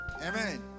Amen